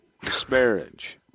disparage